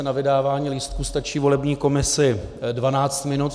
Na vydávání lístků stačí volební komisi dvanáct minut.